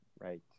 right